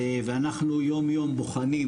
ואנחנו יום יום בוחנים.